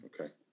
Okay